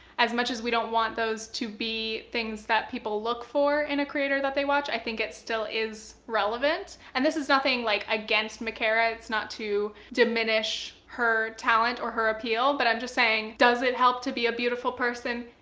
as much as we don't want those to be things that people look for in a creator that they watch, i think that still is relevant. and this is nothing like, against micarah, it's not to diminish her talent or appeal, but i'm just saying, does it help to be a beautiful person?